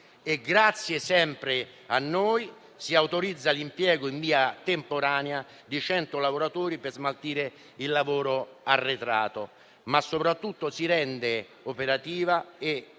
grazie a noi, si autorizza l'impiego in via temporanea di 100 lavoratori per smaltire il lavoro arretrato, ma soprattutto si rende operativa e